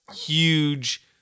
huge